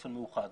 באופן מאוחד,